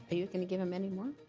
but you gonna give him anymore?